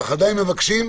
אבל תביני,